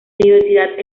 universidad